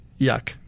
yuck